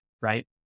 right